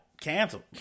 canceled